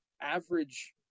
average